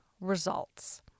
results